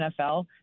NFL